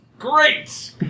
Great